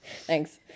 Thanks